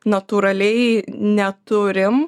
natūraliai neturim